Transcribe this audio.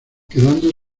quedando